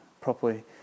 properly